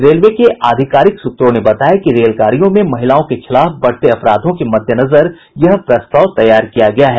railway के आधिकारिक सूत्रों ने बताया कि रेलगाड़ियों में महिलाओं के खिलाफ बढ़ते अपराधों के मद्देनजर यह प्रस्ताव दिया गया है